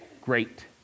great